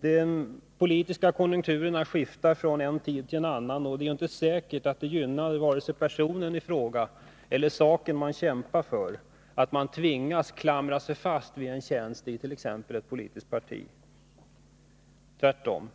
De politiska konjunkturerna skiftar tid efter annan, och det är inte säkert att det gynnar vare sig personen i fråga eller saken som man kämpar för att vederbörande tvingas klamra sig fast vid en tjänst i t.ex. ett politiskt parti — tvärtom.